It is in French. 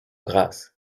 grasse